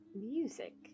music